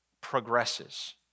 progresses